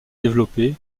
développée